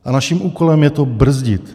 A naším úkolem je to brzdit.